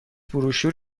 بروشور